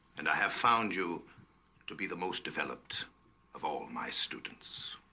and i have found you to be the most developed of all my students.